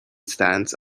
stands